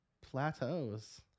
Plateaus